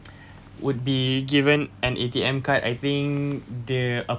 would be given an A_T_M card I think they're